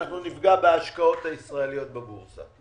אנחנו נפגע בהשקעות הישראליות בבורסה.